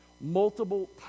multiple